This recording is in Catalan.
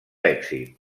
èxit